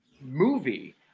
movie